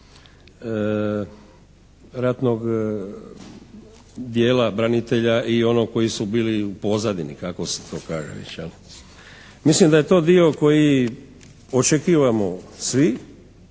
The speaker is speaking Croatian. ratnog dijela branitelja i onog koji su bili u pozadini kako se to kaže već jel'. Mislim da je to dio koji očekujemo svi,